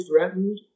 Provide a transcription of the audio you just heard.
threatened